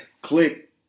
click